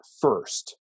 first